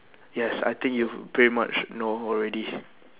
yes I think you pretty much know already